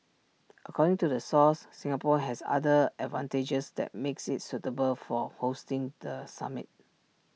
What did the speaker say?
according to the source Singapore has other advantages that makes IT suitable for hosting the summit